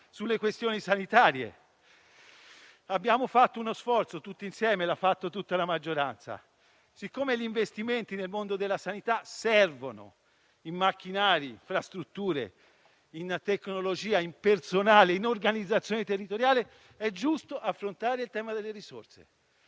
Sulle questioni sanitarie abbiamo fatto uno sforzo tutti insieme, l'ha fatto tutta la maggioranza. Siccome gli investimenti nel mondo della sanità servono, in macchinari, in infrastrutture, in tecnologia, in personale, in organizzazione territoriale, è giusto affrontare il tema delle risorse.